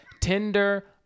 Tinder